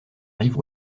rive